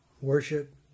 worship